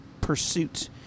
pursuit